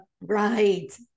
Right